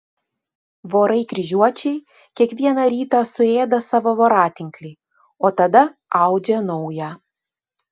vorai kryžiuočiai kiekvieną rytą suėda savo voratinklį o tada audžia naują